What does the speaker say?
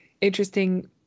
interesting